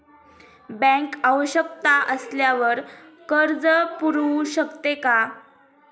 Bank आवश्यकता असल्यावर कर्ज पुरवू शकते का?